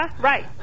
right